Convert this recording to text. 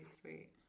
sweet